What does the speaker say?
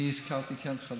אני כן הזכרתי חדרי שירותים.